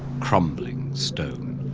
crumbling stone,